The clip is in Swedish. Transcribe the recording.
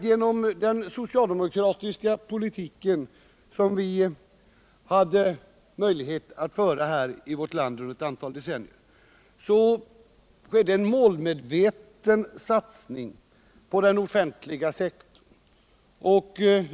Genom den socialdemokratiska politiken, som vi hade möjlighet att föra i vårt land under ett antal decennier, skedde en målmedveten satsning på den offentliga sektorn.